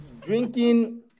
drinking